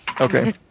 Okay